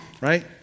right